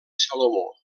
salomó